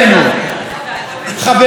חוק הנאמנות.